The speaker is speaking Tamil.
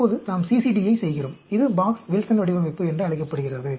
இப்போது நாம் CCD யை செய்கிறோம் இது பாக்ஸ் வில்சன் வடிவமைப்பு என்று அழைக்கப்படுகிறது